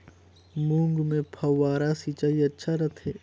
मूंग मे फव्वारा सिंचाई अच्छा रथे?